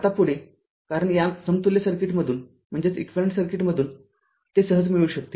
आता पुढेकारण या समतुल्य सर्किटमधून ते सहज मिळू शकते